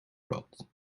rot